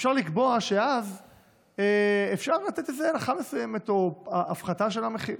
אפשר לקבוע שאפשר לתת איזה הנחה מסוימת או הפחתה של המחיר.